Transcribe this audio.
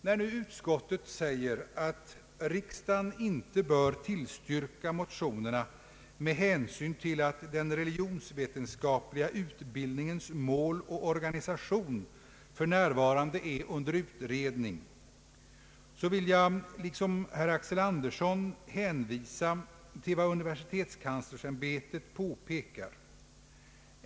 När nu utskottet säger att riksdagen inte bör bifalla motionerna med hänsyn till att den religionsvetenskapliga utbildningens mål och organisation för närvarande är under utredning, så vill jag liksom herr Axel Andersson hänvisa till vad universitetskanslersämbetet påpekar.